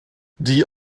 die